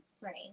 right